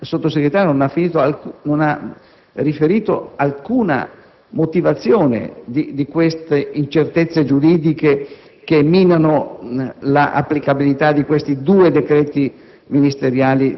il Sottosegretario non ha riferito alcuna motivazione di queste incertezze giuridiche che minano l'applicabilità dei due decreti